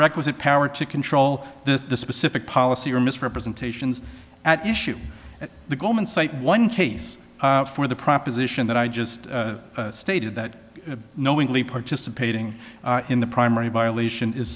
requisite power to control the specific policy or misrepresentations at issue at the government site one case for the proposition that i just stated that knowingly participating in the primary violation is